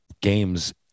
games